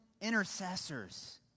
intercessors